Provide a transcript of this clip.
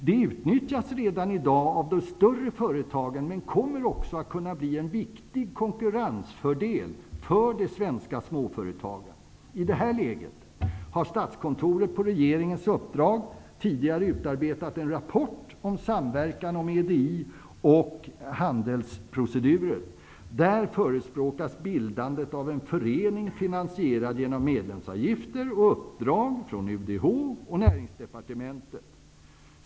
Det utnyttjas redan i dag av de större företagen men kommer också att kunna bli en viktig konkurrensfördel för de svenska småföretagen. I det här läget har Statskontoret på regeringens uppdrag utarbetat en rapport om Samverkan om EDI och handelsprocedurer. Där förespråkas bildandet av en förening finansierad med hjälp av medlemsavgifter och uppdrag från UDH och Näringsdepartementet.